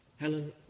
Helen